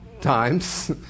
times